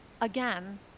again